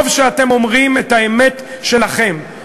טוב שאתם אומרים את האמת שלכם,